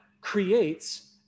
creates